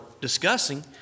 discussing